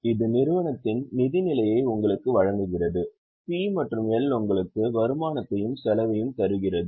இது நிறுவனத்தின் நிதி நிலையை உங்களுக்கு வழங்குகிறது P மற்றும் L உங்களுக்கு வருமானத்தையும் செலவையும் தருகிறது